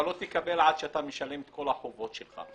אתה לא תקבל עד שאתה משלם את כל החובות שלך.